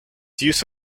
use